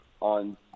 on